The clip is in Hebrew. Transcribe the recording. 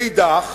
מאידך,